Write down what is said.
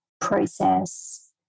process